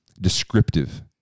descriptive